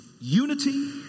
unity